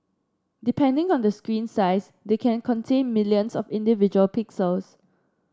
depending on the screen size they can contain millions of individual pixels